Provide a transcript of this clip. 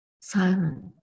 Silent